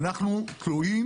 אנחנו תלויים